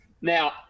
now